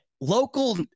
local